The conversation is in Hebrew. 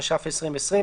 התש"ף-2020,